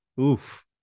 Oof